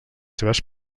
seves